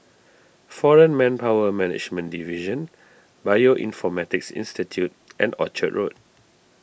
foreign Manpower Management Division Bioinformatics Institute and Orchard Road